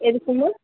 எதுக்கு மா